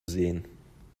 sehen